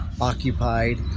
occupied